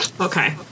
Okay